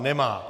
Nemá.